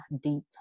deep